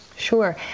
sure